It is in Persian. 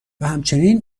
همچنین